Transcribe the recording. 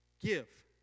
Give